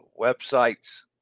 websites